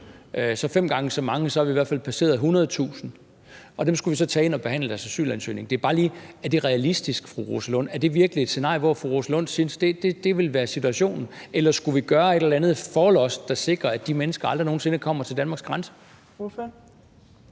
er fem gange så mange, i hvert fald passeret 100.000. Dem skulle vi så tage ind, og vi skulle behandle deres asylansøgning. Det er bare lige for at spørge fru Rosa Lund: Er det realistisk? Er det virkelig et scenarie, hvor fru Rosa Lund synes, at det ville være situationen? Eller skulle vi gøre et eller andet forlods, der sikrer, at de mennesker aldrig nogen sinde kommer til Danmarks grænse? Kl.